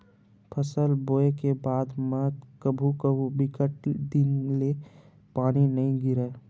फसल बोये के बाद म कभू कभू बिकट दिन ले पानी नइ गिरय